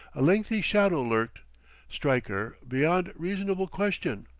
a lengthy shadow lurked stryker, beyond reasonable question.